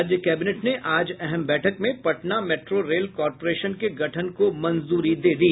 राज्य कैबिनेट ने आज अहम बैठक में पटना मेट्रो रेल कॉरपोरेशन के गठन को मंजूरी दे दी